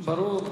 ברור.